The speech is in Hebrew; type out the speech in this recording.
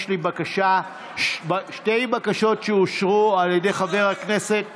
יש לי שתי בקשות שאושרו על ידי חבר הכנסת מרגי.